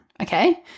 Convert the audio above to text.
okay